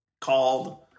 called